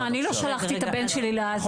סליחה, אני לא שלחתי את הבן שלי לעזה.